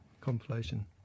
compilation